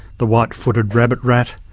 the white-footed rabbit-rat,